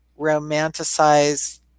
romanticize